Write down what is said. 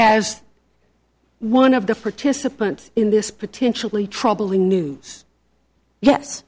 as one of the participants in this potentially troubling news ye